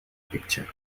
picture